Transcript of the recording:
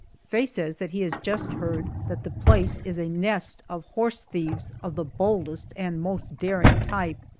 faye says that he has just heard that the place is a nest of horse thieves of the boldest and most daring type,